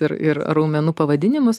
ir ir raumenų pavadinimus